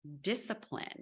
discipline